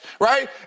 right